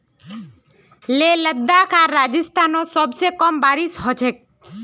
लेह लद्दाख आर राजस्थानत सबस कम बारिश ह छेक